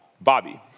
Bobby